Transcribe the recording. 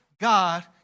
God